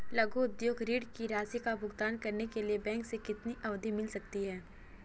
लघु उद्योग ऋण की राशि का भुगतान करने के लिए बैंक से कितनी अवधि मिल सकती है?